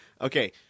Okay